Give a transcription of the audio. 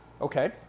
okay